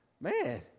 Man